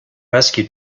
rescue